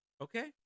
okay